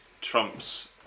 Trump's